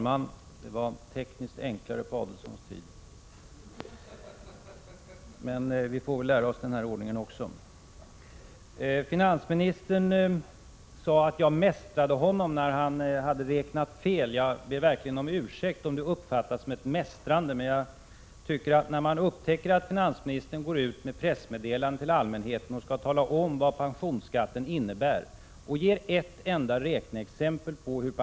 Herr talman! Finansministern sade att jag mästrade honom när han hade räknat fel. Jag ber verkligen om ursäkt om det uppfattas som mästrande. Finansministern gick ut med ett pressmeddelande till allmänheten för att tala om vad pensionsskatten innebär. Då gav han ett enda räkneexempel.